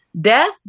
death